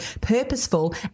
purposeful